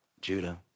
Judah